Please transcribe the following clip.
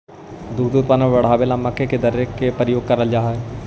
दुग्ध उत्पादन बढ़ावे ला मक्के के दर्रे का प्रयोग भी कराल जा हई